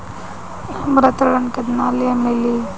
हमरा ऋण केतना ले मिली?